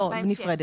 לא, נפרדת.